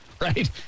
right